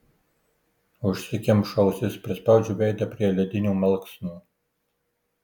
užsikemšu ausis prispaudžiu veidą prie ledinių malksnų